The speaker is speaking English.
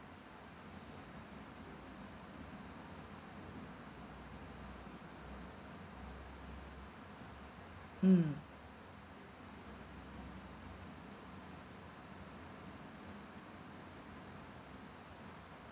mm